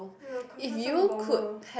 !aiya! confirm some bomber